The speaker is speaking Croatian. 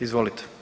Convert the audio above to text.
Izvolite.